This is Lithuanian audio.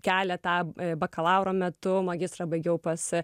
keletą bakalauro metu magistrą baigiau pas